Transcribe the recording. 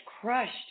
crushed